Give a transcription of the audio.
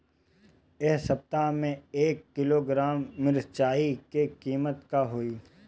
एह सप्ताह मे एक किलोग्राम मिरचाई के किमत का होई?